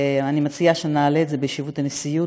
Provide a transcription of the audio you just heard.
אני מציעה שנעלה את זה בישיבות הנשיאות,